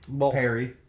Perry